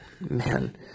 man